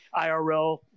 IRL